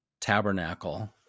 tabernacle